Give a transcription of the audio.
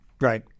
Right